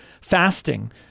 Fasting